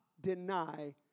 deny